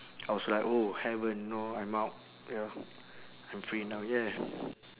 I was like oh heaven know I'm out ya I'm free now yeah